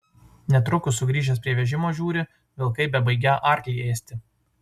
netrukus sugrįžęs prie vežimo žiūri vilkai bebaigią arklį ėsti